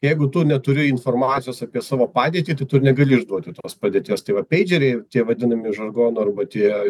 jeigu tu neturi informacijos apie savo padėtį tai tu ir negali išduoti tos padėties tai va peidžeriai tie vadinami žargonu arba tie